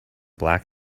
black